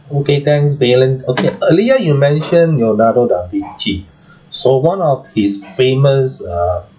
okay thanks valen okay earlier you mentioned leonardo-da-vinci so one of his famous ah